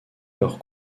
leur